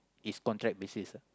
is contract basis ah